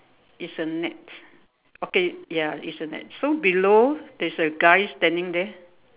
it's a net okay ya it's a net so below there's a guy standing there